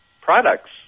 products